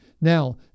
Now